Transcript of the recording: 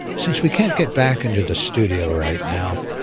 since we can't get back into the studio right now,